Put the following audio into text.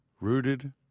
Rooted